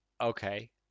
Okay